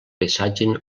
paisatge